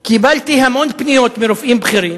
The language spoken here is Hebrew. קיבלתי המון פניות מרופאים בכירים